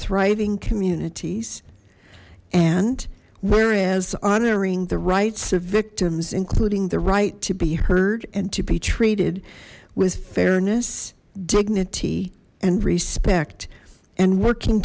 thriving communities and whereas honoring the rights of victims including the right to be heard and to be treated with fairness dignity and respect and working